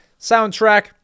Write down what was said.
Soundtrack